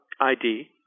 ID